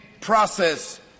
process